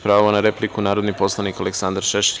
Pravo na repliku, narodni poslanik Aleksandar Šešelj.